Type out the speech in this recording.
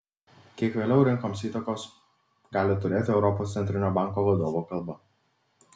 kiek vėliau rinkoms įtakos gali turėti europos centrinio banko vadovo kalba